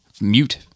Mute